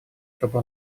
чтобы